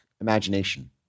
imagination